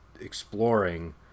exploring